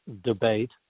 debate